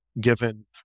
given